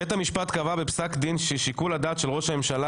בית המשפט קבע בפסק דין ששיקול הדעת של ראש הממשלה